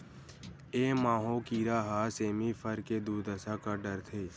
ए माहो कीरा ह सेमी फर के दुरदसा कर डरथे